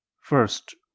First